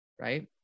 right